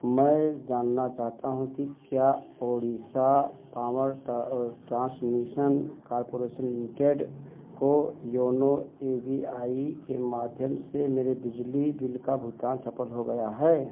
मैं जानना चाहता हूँ कि क्या Odisha power transmission corporation limited को योनो ए बी आई के माध्यम से मेरे बिजली बिल का भुगतान सफल हो गया है